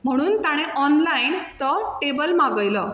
म्हणून ताणें ऑनलायन तो टेबल मागयलो